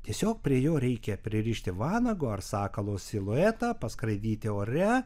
tiesiog prie jo reikia pririšti vanago ar sakalo siluetą paskraidyti ore